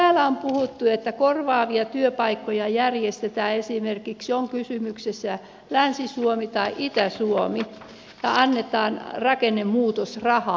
ja täällä on puhuttu että korvaavia työpaikkoja järjestetään on kysymyksessä esimerkiksi länsi suomi tai itä suomi ja annetaan rakennemuutosrahaa